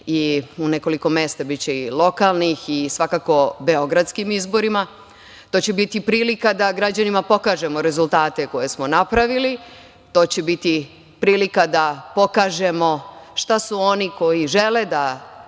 i u nekoliko mesta biće i lokalnih i svakako, beogradskim izborima. To će biti prilika da građanima pokažemo rezultate koje smo napravili, to će biti prilika da pokažemo šta su oni koji žele da